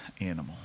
animal